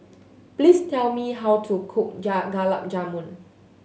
please tell me how to cook Gulab Jamun